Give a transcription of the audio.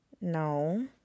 No